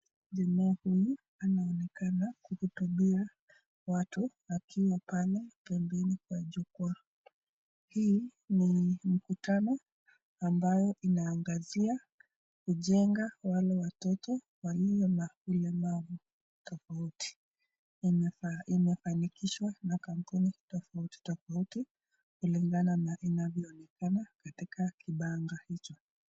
Jamaa huyu anaonekana kuhutubia watu akiwa pale kambini kwa jukwaa Hii ni mkutano ambayo inaangazia kujenga wale watoto walio na ulemavu tofauti imefanikiswa na kampuni tofauti tofauti kulingana na inavyoonekana katika kipanga hicho.